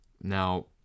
Now